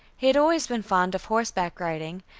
he had always been fond of horseback riding,